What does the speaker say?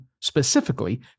specifically